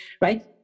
right